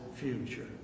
future